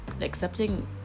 accepting